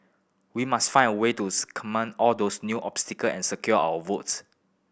we must find a way to circumvent all those new obstacle and secure our votes